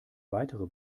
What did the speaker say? weitere